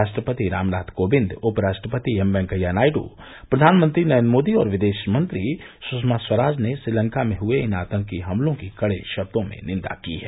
राष्ट्रपति रामनाथ कोविंद उपराष्ट्रपति एम वेंकैया नायडू प्रधानमंत्री नरेन्द्र मोदी और विदेश मंत्री सुषमा स्वराज ने श्रीलंका में हुये इन आतंकी हमलों की कड़े शब्दों में निन्दा की है